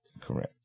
Correct